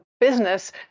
business